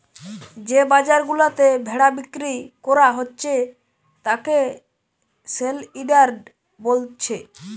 যে বাজার গুলাতে ভেড়া বিক্রি কোরা হচ্ছে তাকে সেলইয়ার্ড বোলছে